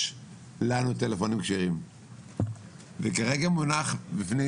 יש לנו טלפונים כשרים וכרגע מונח בפני